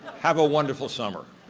have a wonderful summer.